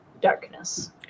darkness